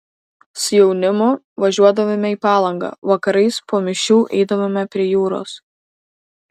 su jaunimu važiuodavome į palangą vakarais po mišių eidavome prie jūros